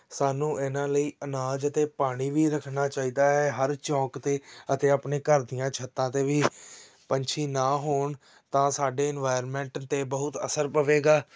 ਸਾਨੂੰ ਇਹਨਾਂ ਲਈ ਅਨਾਜ ਅਤੇ ਪਾਣੀ ਵੀ ਰੱਖਣਾ ਚਾਹੀਦਾ ਹੈ ਹਰ ਚੌਂਕ 'ਤੇ ਅਤੇ ਆਪਣੇ ਘਰ ਦੀਆਂ ਛੱਤਾਂ 'ਤੇ ਵੀ ਪੰਛੀ ਨਾ ਹੋਣ ਤਾਂ ਸਾਡੇ ਇਨਵਾਇਰਮੈਂਟ 'ਤੇ ਬਹੁਤ ਅਸਰ ਪਵੇਗਾ